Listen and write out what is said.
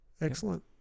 excellent